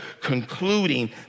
concluding